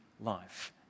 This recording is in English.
life